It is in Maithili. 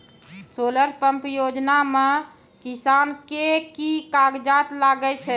सोलर पंप योजना म किसान के की कागजात लागै छै?